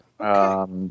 Okay